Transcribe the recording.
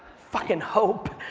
fuckin' hope,